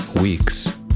weeks